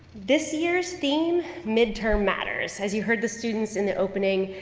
this year's theme midterm matters. as you heard the students in the opening,